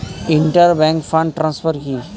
Inter bank fund transfer কি?